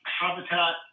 habitat